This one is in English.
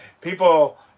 people